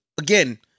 again